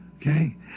Okay